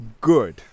Good